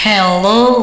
Hello